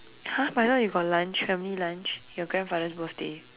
!huh! but I thought you got lunch family lunch your grandfather's birthday